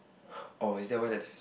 oh is that why that time